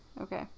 Okay